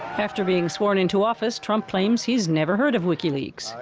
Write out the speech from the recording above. after being sworn into office, trump claims he's never heard of wikileaks.